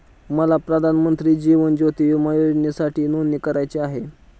मला प्रधानमंत्री जीवन ज्योती विमा योजनेसाठी नोंदणी करायची आहे